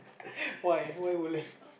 why why woodlands